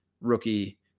rookie